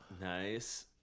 Nice